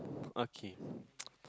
okay